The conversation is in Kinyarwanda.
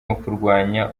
ukurwanya